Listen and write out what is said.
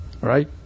Right